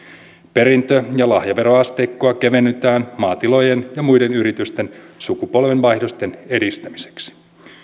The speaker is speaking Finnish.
perintö ja lahjaveroasteikkoa kevennetään maatilojen ja muiden yritysten sukupolvenvaihdosten edistämiseksi